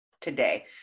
today